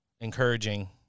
encouraging